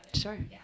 sure